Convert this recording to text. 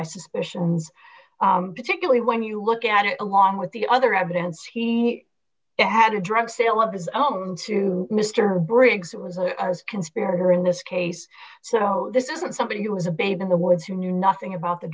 my suspicions particularly when you look at it along with the other evidence he had a drug sale of his own to mr briggs it was a conspirator in this case so this isn't somebody who was a babe in the woods who knew nothing about the